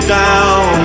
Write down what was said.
down